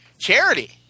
Charity